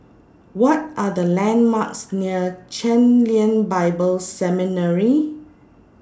What Are The landmarks near Chen Lien Bible Seminary